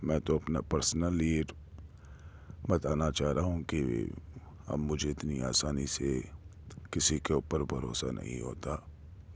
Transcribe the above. میں تو اپنا پرسنلی بتانا چاہ رہا ہوں کہ اب مجھے اتنی آسانی سے کسی کے اوپر بھروسہ نہیں ہوتا